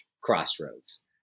crossroads